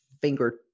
finger